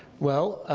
well,